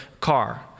car